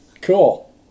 Cool